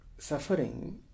Suffering